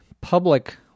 public